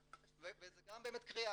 וזו גם באמת קריאה,